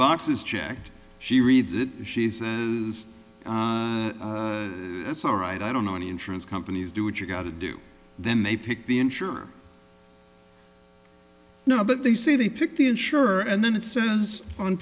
is checked she reads it she says that's all right i don't know any insurance companies do what you gotta do then they pick the insurer now but they say they pick the insurer and then it says on